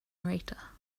narrator